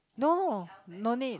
no no need